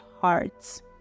hearts